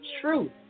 truth